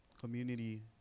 community